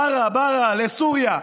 ברא, ברא לסוריה.